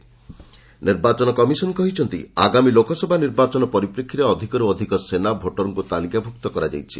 EC service voter ନିର୍ବାଚନ commission କହିଛନ୍ତି ଆଗାମୀ ଲୋକସଭା ନିର୍ବାଚନ ପରିପ୍ରେକ୍ଷୀରେ ଅଧିକରୁ ଅଧିକ ସେନା ଭୋଟର୍କୁ ତାଲିକାଭୁକ୍ତ କରାଯାଇଛି